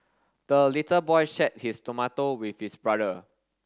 the little boy shared his tomato with his brother